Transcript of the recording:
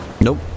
Nope